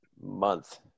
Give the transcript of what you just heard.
month